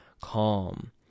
calm